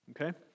okay